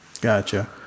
Gotcha